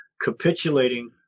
capitulating